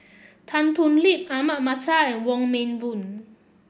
Tan Thoon Lip Ahmad Mattar and Wong Meng Voon